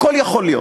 הכול יכול להיות.